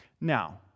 Now